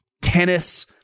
tennis